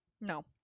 No